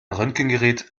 röntgengerät